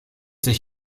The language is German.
sich